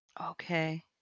Okay